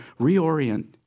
reorient